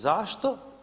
Zašto?